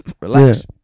relax